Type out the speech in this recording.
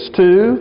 two